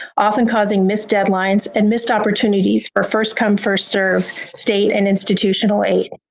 often causing missed deadlines and missed opportunities for first come first serve state and institutional aid.